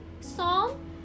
song